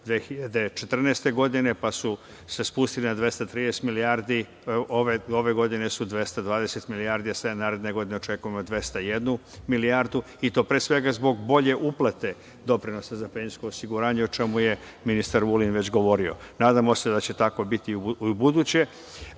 2014. godine, pa su se spustile na 230 milijardi, a ove godine su 220 milijardi, dok naredne godine očekujemo 201 milijardu, i to pre svega zbog bolje uplate doprinosa za penzijsko osiguranje, o čemu je ministar Vulin već govorio. Nadamo se da će tako biti i ubuduće,